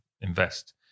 invest